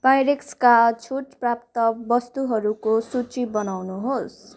पाइरेक्सका छुट प्राप्त वस्तुहरूको सूची बनाउनुहोस्